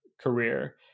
career